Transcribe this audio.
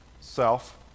self